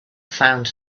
found